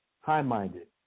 high-minded